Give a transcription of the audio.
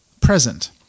present